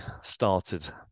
started